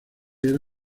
era